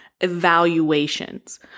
evaluations